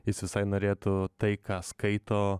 jis visai norėtų tai ką skaito